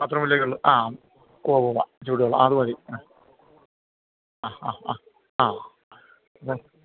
ബാത്ത് റൂമിലേക്കുള്ള ആ ഉവ്വവവ്വ ചൂടുവെള്ളം ആ അത് മതി ആ ആ ആ ആ ആ